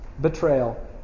betrayal